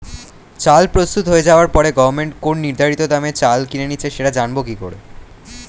চাল প্রস্তুত হয়ে যাবার পরে গভমেন্ট কোন নির্ধারিত দামে চাল কিনে নিচ্ছে সেটা জানবো কি করে?